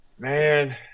Man